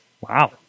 Wow